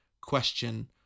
question